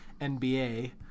NBA